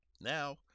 Now